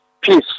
peace